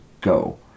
go